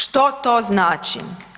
Što to znači?